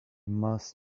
must